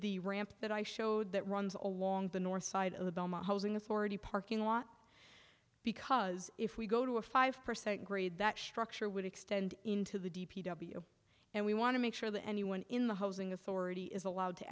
the ramp that i showed that runs along the north side of the belmont housing authority parking lot because if we go to a five percent grade that structure would extend into the d p w and we want to make sure that anyone in the housing authority is allowed to